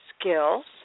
skills